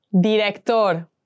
Director